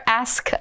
ask